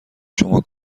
شما